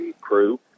crew